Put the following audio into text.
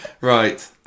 Right